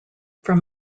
from